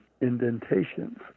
indentations